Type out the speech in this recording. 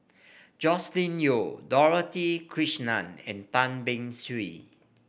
Joscelin Yeo Dorothy Krishnan and Tan Beng Swee